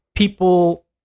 People